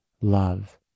Love